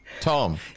Tom